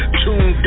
tuned